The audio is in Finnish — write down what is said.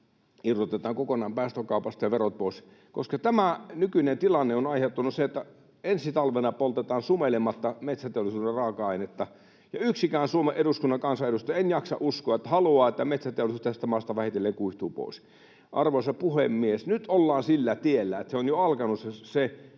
irrotetaan kokonaan päästökaupasta ja verot pois, koska tämä nykyinen tilanne on aiheuttanut sen, että ensi talvena poltetaan sumeilematta metsäteollisuuden raaka-ainetta, ja en jaksa uskoa, että yksikään Suomen eduskunnan kansanedustaja haluaa, että metsäteollisuus tästä maasta vähitellen kuihtuu pois. Arvoisa puhemies! Nyt ollaan sillä tiellä, että se metsäteollisuuden